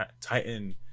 Titan